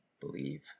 believe